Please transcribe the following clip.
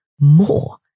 more